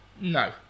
No